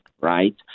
right